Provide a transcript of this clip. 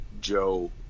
Joe